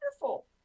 wonderful